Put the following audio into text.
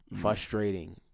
frustrating